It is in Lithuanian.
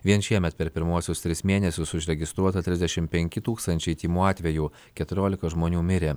vien šiemet per pirmuosius tris mėnesius užregistruota trisdešim penki tūkstančiai tymų atvejų keturiolika žmonių mirė